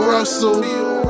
Russell